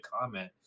comment